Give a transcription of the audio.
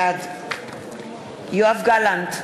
בעד יואב גלנט,